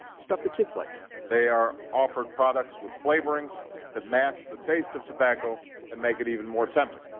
stuff that kids like they are offered products with flavorings that mask the taste of tobacco and make it even more tempting